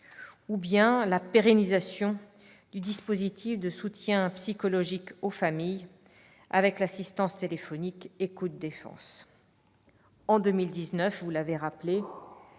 ou la pérennisation du dispositif de soutien psychologique aux familles avec l'assistance téléphonique « Écoute Défense ». En 2019, vous l'avez rappelé,